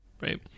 right